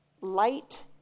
light